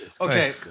Okay